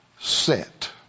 set